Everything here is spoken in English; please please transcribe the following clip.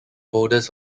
boulders